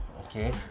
Okay